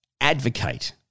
advocate